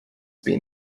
been